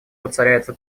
воцаряется